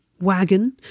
wagon